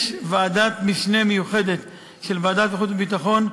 יש ועדת משנה מיוחדת של ועדת החוץ והביטחון,